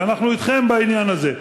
ואנחנו אתכם בעניין הזה,